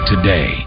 Today